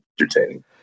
entertaining